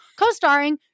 co-starring